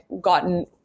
gotten